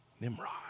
Nimrod